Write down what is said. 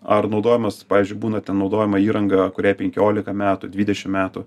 ar naudojamas pavyzdžiui būna ten naudojama įranga kuriai penkiolika metų dvidešim metų